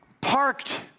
parked